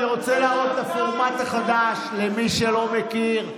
אני רוצה להראות את הפורמט החדש למי שלא מכיר.